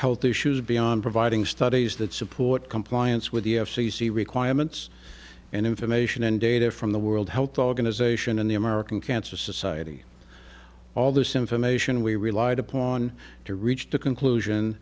health issues beyond providing studies that support compliance with the f c c requirements and information and data from the world health organization and the american cancer society all this information we relied upon to reach the conclusion